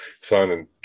signing